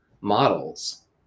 models